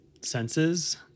senses